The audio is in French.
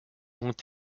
ont